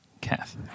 Kath